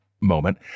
moment